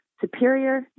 superior